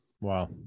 Wow